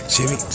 Jimmy